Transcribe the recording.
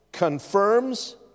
confirms